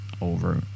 over